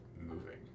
moving